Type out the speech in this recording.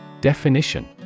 Definition